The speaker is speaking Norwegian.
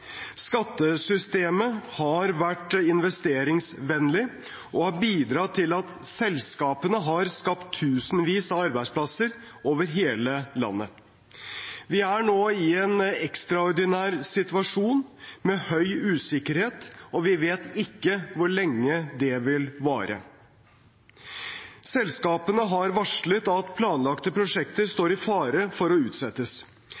Skattesystemet har vært investeringsvennlig, og det har bidratt til at selskapene har skapt tusenvis av arbeidsplasser over hele landet. Vi er nå i en ekstraordinær situasjon med høy usikkerhet, og vi vet ikke hvor lenge det vil vare. Selskapene har varslet at planlagte prosjekter